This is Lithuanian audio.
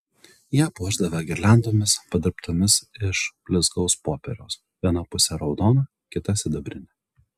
ją puošdavę girliandomis padirbtomis iš blizgaus popieriaus viena pusė raudona kita sidabrinė